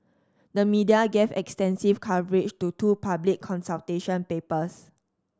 the media gave extensive coverage to two public consultation papers